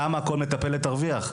כמה כל מטפלת תרוויח.